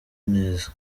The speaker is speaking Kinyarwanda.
neza